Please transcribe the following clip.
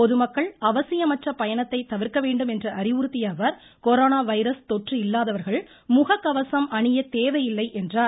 பொதுமக்கள் அவசியமற்ற பயணத்தை தவிர்க்க வேண்டும் என்று அறிவுறுத்திய அவர் கொரோனா வைரஸ் தொற்று இல்லாதவர்கள் முகக் கவசம் அணியத் தேவையில்லை என்றார்